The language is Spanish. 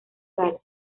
garden